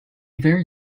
very